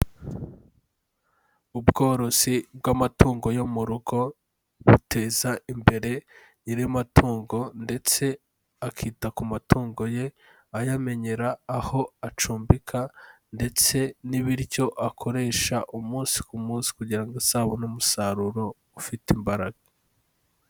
Ubworozi bw'amatungo yo mu rugo, buteza imbere nyiri amatungo ndetse akita ku matungo ye, ayamenyera aho acumbika ndetse n'ibiryo akoresha umunsi ku munsi kugira ngo azabone umusaruro ufite imbaraga.